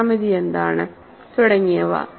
ജ്യാമിതി എന്താണ് തുടങ്ങിയവ